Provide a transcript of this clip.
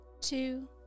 two